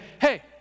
hey